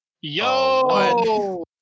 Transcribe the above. Yo